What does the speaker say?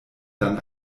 dann